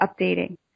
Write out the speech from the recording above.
updating